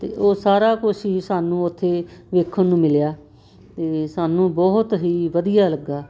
ਅਤੇ ਉਹ ਸਾਰਾ ਕੁਛ ਹੀ ਸਾਨੂੰ ਉੱਥੇ ਵੇਖਣ ਨੂੰ ਮਿਲਿਆ ਅਤੇ ਸਾਨੂੰ ਬਹੁਤ ਹੀ ਵਧੀਆ ਲੱਗਾ